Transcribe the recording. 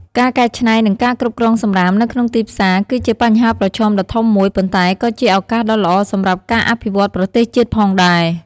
ការកែច្នៃ និងការគ្រប់គ្រងសំរាមនៅក្នុងទីផ្សារ គឺជាបញ្ហាប្រឈមដ៏ធំមួយ ប៉ុន្តែក៏ជាឱកាសដ៏ល្អសម្រាប់ការអភិវឌ្ឍប្រទរសជាតិផងដែរ។